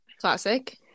classic